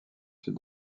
sud